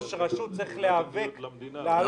ראש רשות צריך להיאבק כדי לעלות.